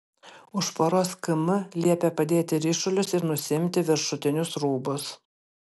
už poros km liepė padėti ryšulius ir nusiimti viršutinius rūbus